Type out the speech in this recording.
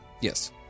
Yes